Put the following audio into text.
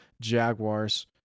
Jaguars